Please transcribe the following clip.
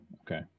okay